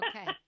Okay